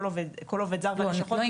כל עובד זר בלשכות.